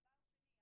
דבר שני,